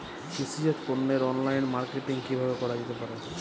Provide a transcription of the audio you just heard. কৃষিজাত পণ্যের online marketing কিভাবে করা যেতে পারে?